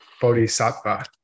bodhisattva